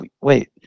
wait